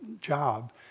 job